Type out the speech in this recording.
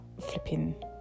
flipping